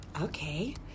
okay